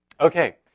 Okay